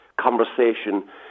conversation